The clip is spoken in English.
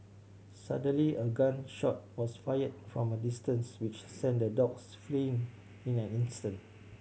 suddenly a gun shot was fired from a distance which sent the dogs fleeing in an instant